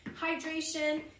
hydration